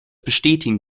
bestätigen